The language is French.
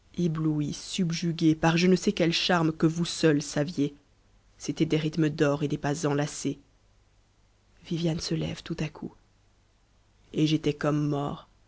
subjugué par je ne sais quel charme que vous seule saviez c'étaient des rythmes d'or et des pas enlacés tpmw m w m m et j'étais comme mort